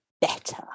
better